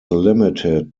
limited